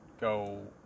go